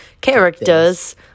characters